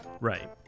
right